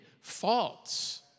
faults